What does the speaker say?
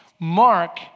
Mark